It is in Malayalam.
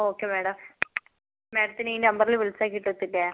ഓക്കെ മേഡം മേഡത്തിനെ ഈ നമ്പറിൽ വിളിച്ചാൽ കിട്ടത്തില്ലേ